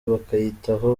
bakayitaho